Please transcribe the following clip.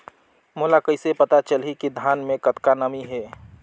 मोला कइसे पता चलही की धान मे कतका नमी हे?